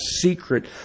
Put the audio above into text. secret